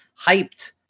hyped